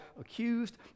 accused